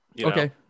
Okay